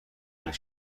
بود